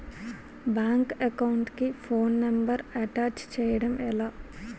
Bank account కి phone number attach చేయడం ఎలా?